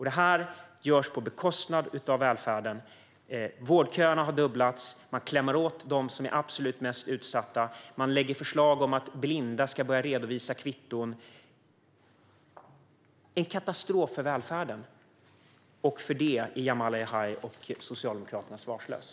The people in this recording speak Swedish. Det här görs på bekostnad av välfärden. Vårdköerna har fördubblats. Man klämmer åt dem som är absolut mest utsatta. Man lägger förslag om att blinda ska börja redovisa kvitton. Det är en katastrof för välfärden, och inför det är Jamal El-Haj och Socialdemokraterna svarslösa.